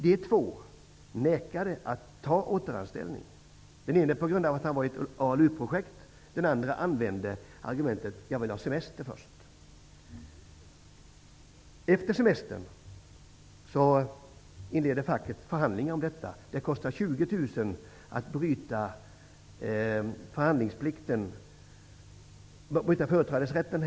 Dessa två nekade att ta återanställning. En av dem hade ett ALU-projekt. Den andre använde argumentet att han ville ha semester först. Efter semestern inledde facket förhandlingar. Det kostar 20 000 kr per person att bryta företrädesrätten.